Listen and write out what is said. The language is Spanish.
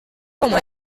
como